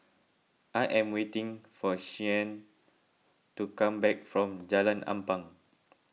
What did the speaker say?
I am waiting for Shianne to come back from Jalan Ampang